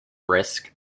risks